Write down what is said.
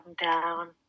down